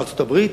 בארצות-הברית,